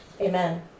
Amen